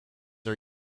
are